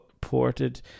ported